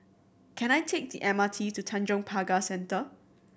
can I take the M R T to Tanjong Pagar Centre